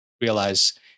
realize